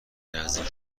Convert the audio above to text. نزدیک